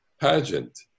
pageant